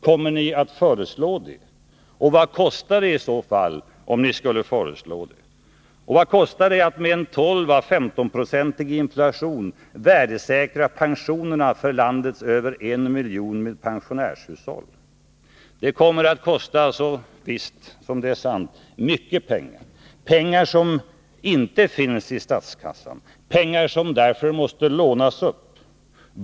Kommer ni att föreslå det? Vad kostar det i så fall? Och vad kostar det att med en 12 å 15-procentig inflation värdesäkra pensionerna för landets över en miljon pensionärshushåll? Det kommer, så visst som det är sant, att kosta mycket pengar, pengar som inte finns i statskassan, pengar som därför måste lånas upp.